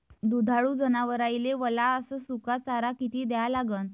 दुधाळू जनावराइले वला अस सुका चारा किती द्या लागन?